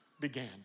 began